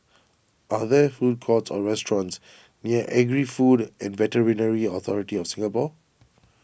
are there food courts or restaurants near Agri Food and Veterinary Authority of Singapore